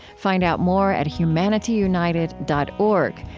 find out more at humanityunited dot org,